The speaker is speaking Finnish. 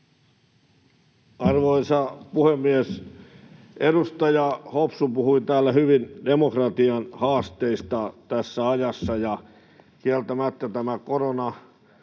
Arvoisa puhemies! Edustaja Hopsu puhui täällä hyvin demokratian haasteista tässä ajassa, ja kieltämättä nämä